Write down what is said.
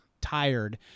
tired